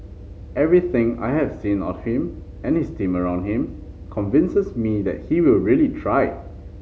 everything I have seen of him and his team around him convinces me that he will really try